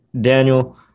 Daniel